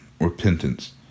repentance